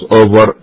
over